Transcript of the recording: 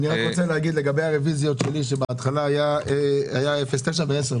אני רק רוצה להגיד לגבי הרוויזיות שלי שבהתחלה היה 09 ו-10,